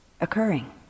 occurring